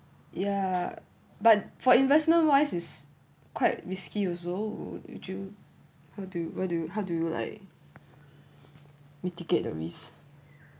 yeah but for investment wise is quite risky also do you how do what do how do you like mitigate your risk